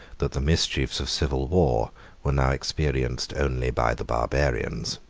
that the mischiefs of civil war were now experienced only by the barbarians.